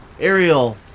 Ariel